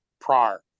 prior